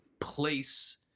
place